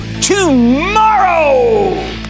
tomorrow